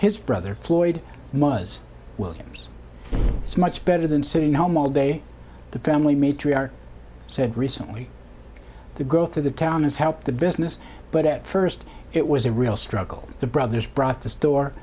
his brother floyd williams it's much better than sitting home all day the family matriarch said recently the growth of the town has helped the business but at first it was a real struggle the brothers brought the stor